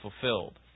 fulfilled